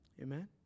Amen